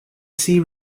see